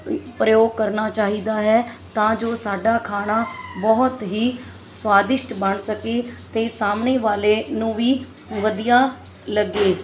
ਪ੍ਰਯੋਗ ਕਰਨਾ ਚਾਹੀਦਾ ਹੈ ਤਾਂ ਜੋ ਸਾਡਾ ਖਾਣਾ ਬਹੁਤ ਹੀ ਸਵਾਦਿਸ਼ਟ ਬਣ ਸਕੇ ਅਤੇ ਸਾਹਮਣੇ ਵਾਲੇ ਨੂੰ ਵੀ ਵਧੀਆ ਲੱਗੇ